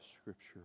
Scripture